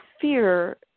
fear